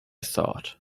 thought